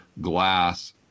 glass